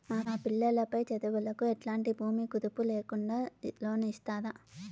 మా పిల్లలు పై చదువులకు ఎట్లాంటి భూమి కుదువు పెట్టుకోకుండా లోను ఇస్తారా